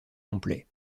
complet